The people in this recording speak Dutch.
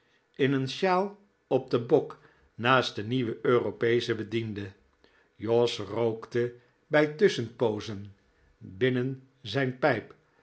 in een sjaal op den bok naast den nieuwen europeeschen bediende jos rookte bij tusschenpoozen binnen zijn pijp